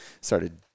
started